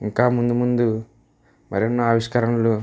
ఇంకా ముందు ముందు మరెన్నో ఆవిష్కరణలు